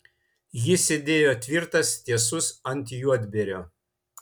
jis sėdėjo tvirtas tiesus ant juodbėrio